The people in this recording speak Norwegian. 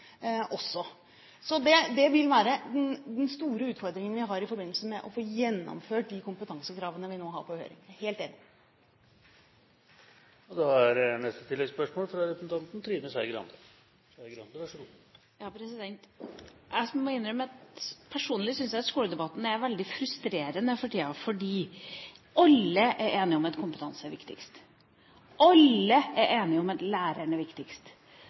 også. Det vil være den store utfordringen vi har i forbindelse med å få gjennomført de kompetansekravene vi nå har på høring. Det er jeg helt enig i. Trine Skei Grande – til oppfølgingsspørsmål. Jeg må innrømme at personlig syns jeg at skoledebatten er veldig frustrerende for tida, fordi alle er enige om at kompetanse er viktigst. Alle er enige om at læreren er viktigst.